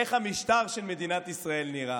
איך המשטר של מדינת ישראל נראה?